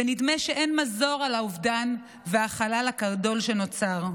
ונדמה שאין מזור לאובדן ולחלל הגדול שנוצר.